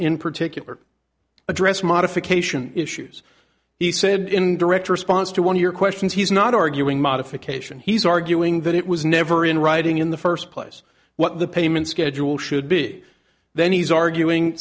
in particular address modification issues he said in direct response to one of your questions he's not arguing modification he's arguing that it was never in writing in the first place what the payment schedule should be then he's arguing